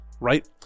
right